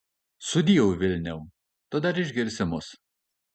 sudieu vilniau tu dar išgirsi mus